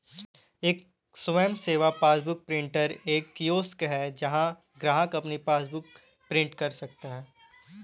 एक स्वयं सेवा पासबुक प्रिंटर एक कियोस्क है जहां ग्राहक अपनी पासबुक प्रिंट कर सकता है